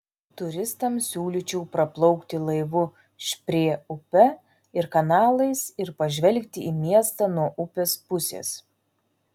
turistams siūlyčiau praplaukti laivu šprė upe ir kanalais ir pažvelgti į miestą nuo upės pusės